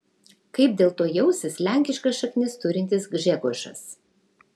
kaip dėl to jausis lenkiškas šaknis turintis gžegožas